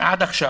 עד עכשיו.